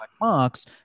Mark's